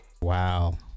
wow